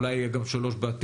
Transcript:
אולי יהיה גם 3 בעתיד,